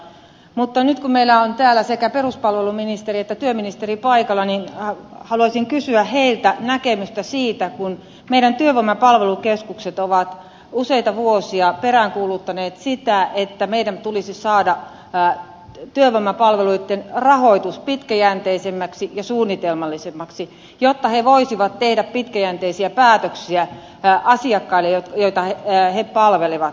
mutta nyt kun meillä on täällä sekä peruspalveluministeri että työministeri paikalla haluaisin kysyä heiltä näkemystä siitä kun meidän työvoimapalvelukeskukset ovat useita vuosia peräänkuuluttaneet sitä että meidän tulisi saada työvoimapalveluitten rahoitus pitkäjänteisemmäksi ja suunnitelmallisemmaksi jotta ne voisivat tehdä pitkäjänteisiä päätöksiä asiakkaille joita ne palvelevat